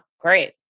great